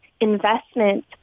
investment